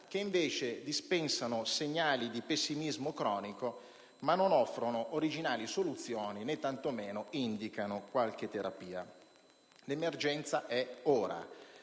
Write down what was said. che invece dispensano segnali di pessimismo cronico ma non offrono originali soluzioni, né tanto meno indicano qualche terapia. L'emergenza è ora.